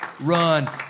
run